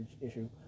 issue